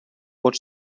pot